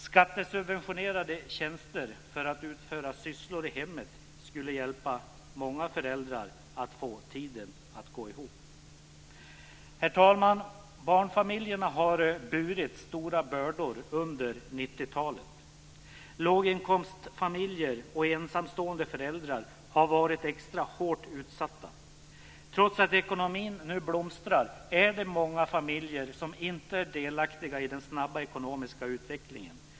Skattesubventionerade tjänster för utförande av sysslor i hemmet skulle hjälpa många föräldrar att få tiden att gå ihop. Herr talman! Barnfamiljerna har burit stora bördor under 90-talet. Låginkomstfamiljer och ensamstående föräldrar har varit extra hårt utsatta. Trots att ekonomin nu blomstrar är det många familjer som inte är delaktiga i den snabba ekonomiska utvecklingen.